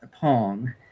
pong